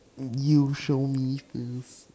you show me first